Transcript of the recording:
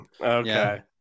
Okay